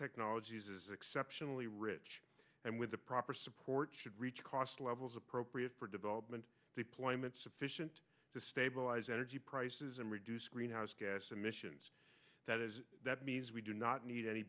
technologies is exceptionally rich and with the proper support should reach cost levels appropriate for development deployments sufficient to stabilize energy prices and reduce greenhouse gas emissions that means we do not need any